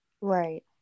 right